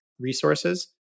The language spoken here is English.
resources